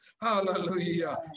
Hallelujah